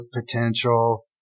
potential